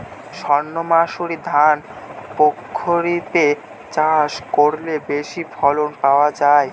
সর্ণমাসুরি ধান প্রক্ষরিপে চাষ করলে বেশি ফলন পাওয়া যায়?